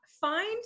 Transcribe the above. find